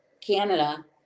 Canada